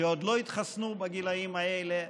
שעוד לא התחסנו בגילים האלה,